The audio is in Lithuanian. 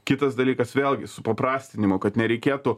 kitas dalykas vėlgi suprastinimo kad nereikėtų